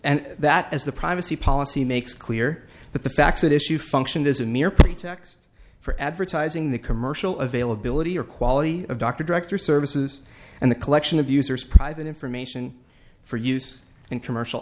and that as the privacy policy makes clear that the facts that issue function is a mere pretext for advertising the commercial availability or quality of doctor director services and the collection of users private information for use in commercial